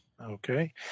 Okay